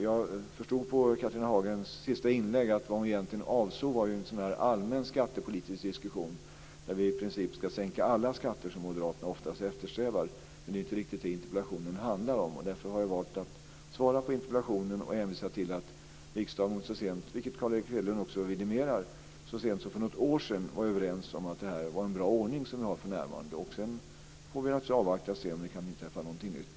Jag förstod av Catharina Hagens sista inlägg att hon egentligen avsåg en allmän skattepolitisk diskussion där vi i princip skall sänka alla skatter, något som moderaterna oftast eftersträvar. Men det är ju inte riktigt det som interpellationen handlar om. Därför har jag valt att svara på interpellationen och att hänvisa till att riksdagen - vilket också Carl Erik Hedlund vidimerar - så sent som för något år sedan var överens om att den ordning vi för närvarande har var bra. Sedan får vi naturligtvis avvakta för att se om det kan inträffa något nytt.